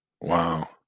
wow